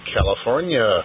California